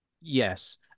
Yes